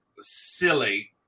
silly